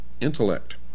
intellect